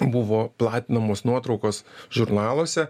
buvo platinamos nuotraukos žurnaluose